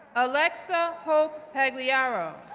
alexa hope pagliaro,